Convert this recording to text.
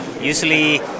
Usually